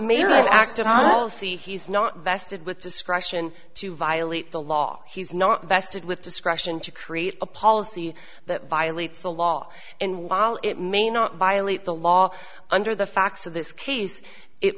have acted on wealthy he's not vested with discretion to violate the law he's not vested with discretion to create a policy that violates the law and while it may not violate the law under the facts of this case it